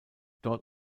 dort